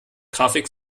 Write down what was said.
grafik